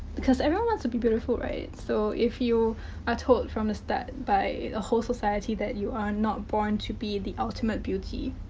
because everyone wants to be beautiful, right? so, if you are told from the start by a whole society that you are not born to be the ultimate beauty,